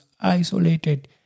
isolated